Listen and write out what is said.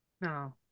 No